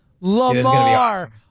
Lamar